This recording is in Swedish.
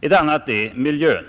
Ett annat är miljön.